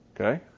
Okay